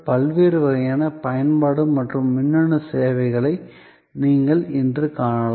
பல்வேறு வகையான பயன்பாடு மற்றும் மின்னணு சேவைகளை நீங்கள் இன்று காணலாம்